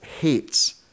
hates